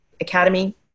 academy